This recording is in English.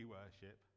worship